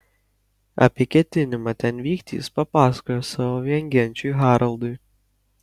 apie ketinimą ten vykti jis papasakojo savo viengenčiui haraldui